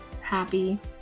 Happy